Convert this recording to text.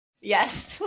Yes